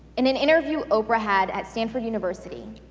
in an interview oprah had at stanford university,